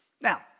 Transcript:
Now